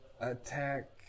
attack